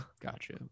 gotcha